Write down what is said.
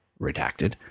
redacted